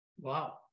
Wow